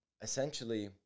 Essentially